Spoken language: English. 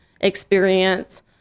experience